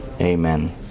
Amen